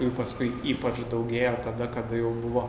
ir paskui ypač daugėjo tada kada jau buvo